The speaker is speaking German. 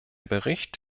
bericht